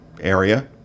area